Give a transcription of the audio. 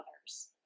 others